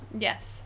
Yes